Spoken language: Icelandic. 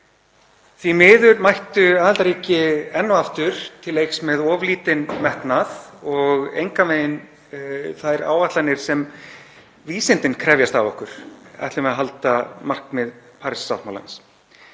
Því miður mættu aðildarríki enn og aftur til leiks með of lítinn metnað og engan veginn þær áætlanir sem vísindin krefjast af okkur ætlum við að halda markmið Parísarsáttmálans.